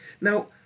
now